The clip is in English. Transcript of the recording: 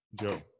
Joe